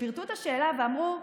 כשפירטו את השאלה ואמרו: